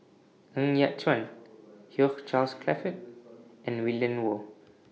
Ng Yat Chuan Hugh Charles Clifford and Willin Low